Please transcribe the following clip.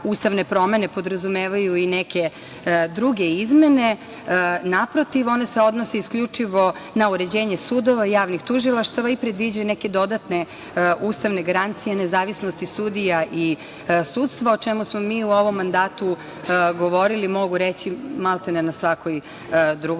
ustavne promene podrazumevaju i neke druge izmene. Naprotiv, one se odnose isključivo na uređenje sudova, javnih tužilaštava i predviđaju neke dodatne ustavne garancije, nezavisnosti sudija i sudstva, o čemu smo mi u ovom mandatu govorili, mogu reći, malte ne na svakoj drugoj